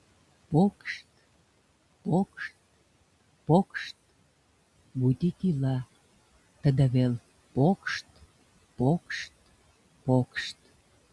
pokšt pokšt pokšt gūdi tyla tada vėl pokšt pokšt pokšt